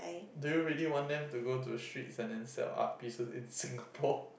do you really want them to go the streets and then sell art pieces in Singapore